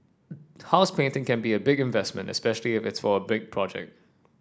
house painting can be a big investment especially if it's for a large project